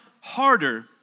harder